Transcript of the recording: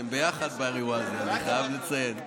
אתם ביחד באירוע הזה, אני חייב לציין.